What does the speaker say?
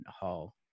Hall